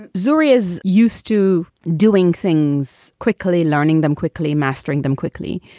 zuri is used to. doing things quickly, learning them quickly, mastering them quickly.